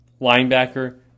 Linebacker